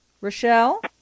Rochelle